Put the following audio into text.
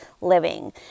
living